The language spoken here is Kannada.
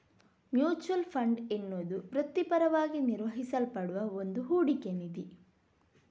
ಮ್ಯೂಚುಯಲ್ ಫಂಡ್ ಅನ್ನುದು ವೃತ್ತಿಪರವಾಗಿ ನಿರ್ವಹಿಸಲ್ಪಡುವ ಒಂದು ಹೂಡಿಕೆ ನಿಧಿ